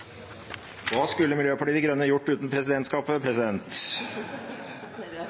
Hva skulle Miljøpartiet De Grønne gjort uten presidentskapet?